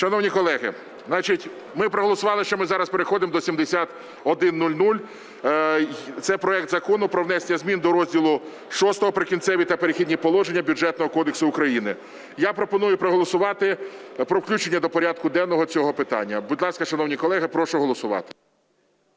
Шановні колеги, значить, ми проголосували, що ми зараз переходимо до 7100. Це проект Закону про внесення змін до розділу VI "Прикінцеві та перехідні положення" Бюджетного кодексу України. Я пропоную проголосувати про включення до порядку денного цього питання. Будь ласка, шановні колеги, прошу голосувати.